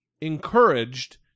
encouraged